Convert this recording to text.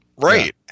Right